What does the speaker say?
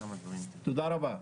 תודה רבה.